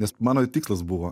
nes mano tikslas buvo